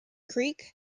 creek